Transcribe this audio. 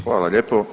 Hvala lijepo.